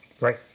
Right